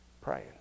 Praying